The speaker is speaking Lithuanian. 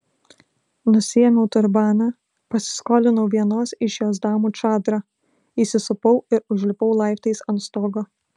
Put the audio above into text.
nusiėmiau turbaną pasiskolinau vienos iš jos damų čadrą įsisupau ir užlipau laiptais ant stogo